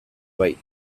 bai